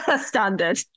Standard